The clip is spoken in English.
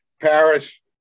Paris